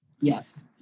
Yes